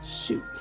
Shoot